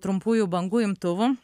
trumpųjų bangų imtuvų